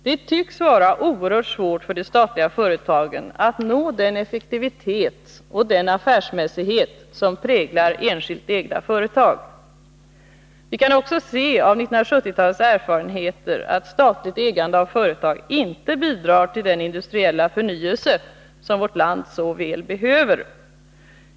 Det tycks vara oerhört svårt för de statliga företagen att nå den effektivitet och den affärsmässighet som präglar enskilt ägda företag. Vi kan också se av 1970-talets erfarenheter att statligt ägande av företag inte bidrar till den industriella förnyelse som vårt land så väl behöver.